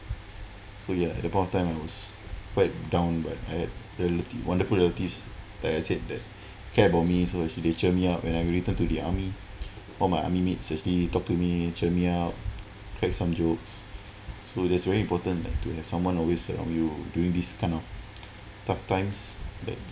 so ya at that point of time I was quite down but I have relatives wonderful relatives like I said that care about me so cheer me up when I returned to the army one of my army mates actually talk to me cheer me up crack some jokes so that's very important to like have someone always around you during this kind of tough times that